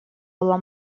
была